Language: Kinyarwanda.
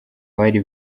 bari